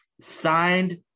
signed